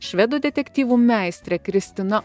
švedų detektyvų meistrė kristina